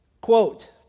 Quote